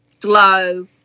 slow